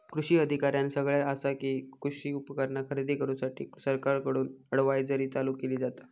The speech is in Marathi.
कृषी अधिकाऱ्यानं सगळ्यां आसा कि, कृषी उपकरणा खरेदी करूसाठी सरकारकडून अडव्हायजरी चालू केली जाता